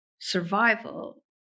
survival